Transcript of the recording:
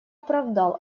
оправдал